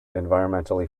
environmentally